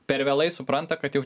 per vėlai supranta kad jau